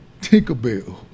Tinkerbell